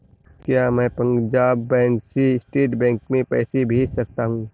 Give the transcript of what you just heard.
क्या मैं पंजाब बैंक से स्टेट बैंक में पैसे भेज सकता हूँ?